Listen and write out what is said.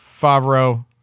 Favreau